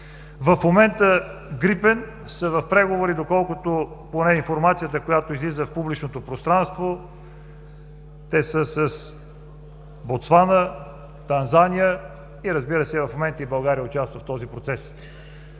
В момента „Грипен“ са в преговори, поне по информацията, която излиза в публичното пространство, с Ботсуана, Танзания, разбира се, в момента и България участва в този процес.